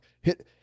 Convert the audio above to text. hit